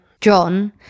John